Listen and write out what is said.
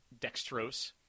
dextrose